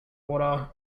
water